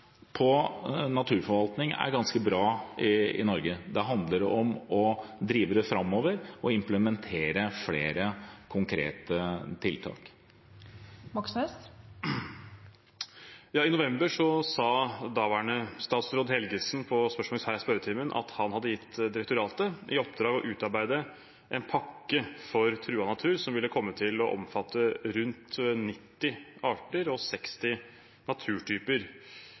handler om å drive det framover og implementere flere konkrete tiltak. I november svarte daværende statsråd Helgesen, på et spørsmål stilt her i spørretimen, at han hadde gitt direktoratet i oppdrag å utarbeide en pakke for truet natur som ville komme til å omfatte rundt 90 arter og 60 naturtyper.